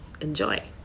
Enjoy